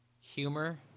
Humor